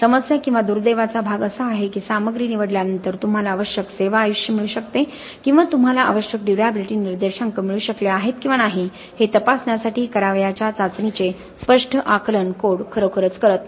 समस्या किंवा दुर्दैवाचा भाग असा आहे की ही सामग्री निवडल्यानंतर तुम्हाला आवश्यक सेवा आयुष्य मिळू शकते किंवा तुम्हाला आवश्यक ड्युर्याबिलिटी निर्देशांक मिळू शकले आहेत किंवा नाही हे तपासण्यासाठी करावयाच्या चाचणीचे स्पष्ट आकलन कोड खरोखरच करत नाही